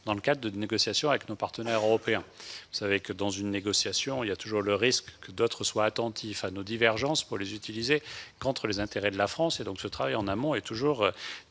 dans le cadre de négociations avec nos partenaires européens. Dans une négociation, il y a toujours le risque que d'autres soient attentifs à nos divergences pour les utiliser contre les intérêts de la France. Ce travail en amont est donc toujours